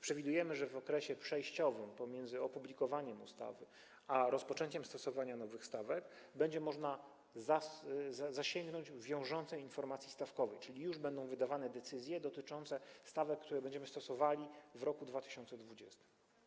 Przewidujemy, że w okresie przejściowym pomiędzy opublikowaniem ustawy a rozpoczęciem stosowania nowych stawek będzie można zasięgnąć wiążącej informacji stawkowej, czyli będą już wydawane decyzje dotyczące stawek, które będziemy stosowali w roku 2020.